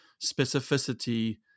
specificity